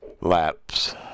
laps